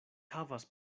havas